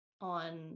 on